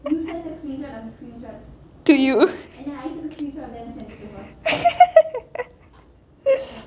to you